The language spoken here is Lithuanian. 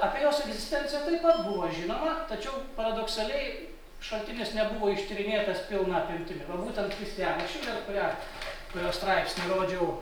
apie jos egzistenciją taip pat buvo žinoma tačiau paradoksaliai šaltinis nebuvo ištyrinėtas pilna apimtimi va būtent christianės šiler kurią kurios straipsnį rodžiau